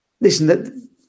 Listen